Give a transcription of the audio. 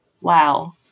wow